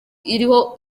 iriho